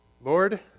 Lord